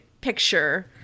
picture